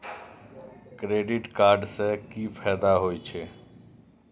Credit card से कि फायदा होय छे?